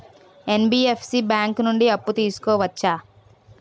NBFC bank నుండి అప్పు తీసుకోవచ్చా?